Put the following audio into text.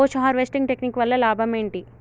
Post harvesting technique వల్ల లాభం ఏంటి?